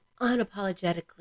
unapologetically